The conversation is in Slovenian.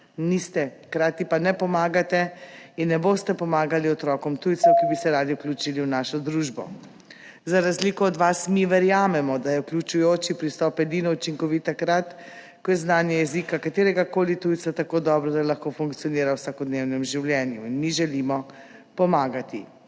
Niste, hkrati pa ne pomagate in ne boste pomagali otrokom tujcem, ki bi se radi vključili v našo družbo. Za razliko od vas mi verjamemo, da je vključujoči pristop edino učinkovit takrat, ko je znanje jezika kateregakoli tujca tako dobro, da lahko funkcionira v vsakodnevnem življenju. In mi želimo pomagati.